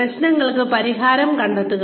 പ്രശ്നങ്ങൾക്ക് പരിഹാരം കണ്ടെത്തുക